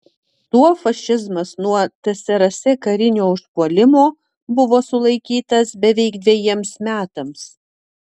tuo fašizmas nuo tsrs karinio užpuolimo buvo sulaikytas beveik dvejiems metams